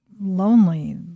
lonely